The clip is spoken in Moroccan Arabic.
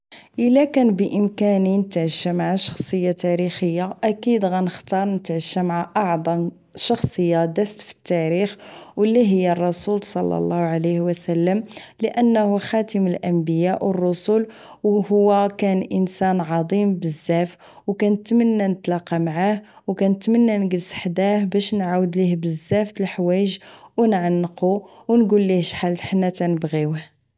اذا كان بامكاني نختار نتعئا مع شخصيه تاريخيه اكيد سأختار نتعشى مع اعظم شخصيه في التاريخ واللي هي الرسول صلى الله عليه وسلم لانه خاتم الانبياء والرسل. وهو كان انسان عظيم بزاف وكنتمنى نتلاقى معاه وكنتمنى نجلس حداه باش نعاود ليه بزاف د الحوايج او نعنقو ونقول ليه شحال حنا تنبغيه